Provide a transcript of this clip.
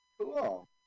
Cool